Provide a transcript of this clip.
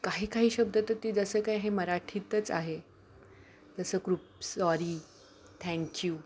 काही काही शब्द तर ते जसं काय हे मराठीतच आहे जसं ग्रुप सॉरी थँक्यू